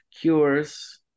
cures